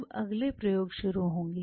अब अगले प्रयोग शुरू होंगे